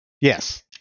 Yes